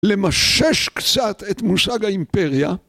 למשש קצת את מושג האימפריה.